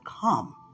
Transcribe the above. come